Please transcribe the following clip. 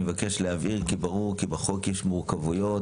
מבקש להבהיר כי ברור כי בחוק יש מורכבויות,